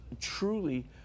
truly